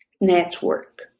network